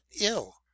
ill